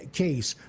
case